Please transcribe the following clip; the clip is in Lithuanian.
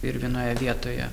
ir vienoje vietoje